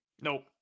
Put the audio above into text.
nope